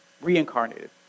reincarnated